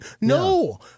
No